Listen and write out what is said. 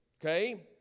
okay